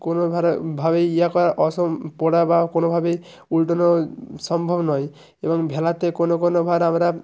কোনো ভাবেই ইয়ে করা অসম পড়া বা কোনোভাবেই উলটোনো সম্ভব নয় এবং ভেলাতে কোনো কোনো বার আমরা